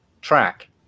track